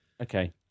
okay